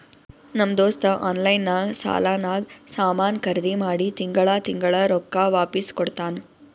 ನಮ್ ದೋಸ್ತ ಆನ್ಲೈನ್ ನಾಗ್ ಸಾಲಾನಾಗ್ ಸಾಮಾನ್ ಖರ್ದಿ ಮಾಡಿ ತಿಂಗಳಾ ತಿಂಗಳಾ ರೊಕ್ಕಾ ವಾಪಿಸ್ ಕೊಡ್ತಾನ್